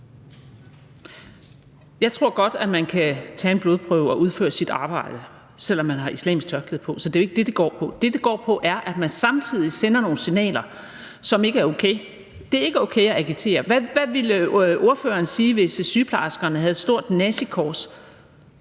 Jeg tror godt, at man kan tage en blodprøve og udføre sit arbejde, selv om man har islamisk tørklæde på. Det er jo ikke det, det går på. Det, det går på, er, at man samtidig sender nogle signaler, som ikke er okay. Det er ikke okay at agitere. Hvad ville ordføreren sige, hvis sygeplejersken havde et stort nazikors